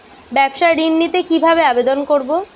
ব্যাবসা ঋণ নিতে কিভাবে আবেদন করব?